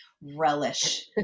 relish